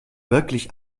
wirklich